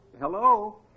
Hello